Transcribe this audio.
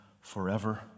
forever